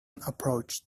approached